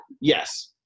Yes